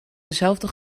dezelfde